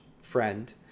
friend